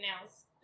nails